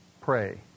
pray